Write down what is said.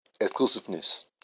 Exclusiveness